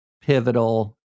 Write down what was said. pivotal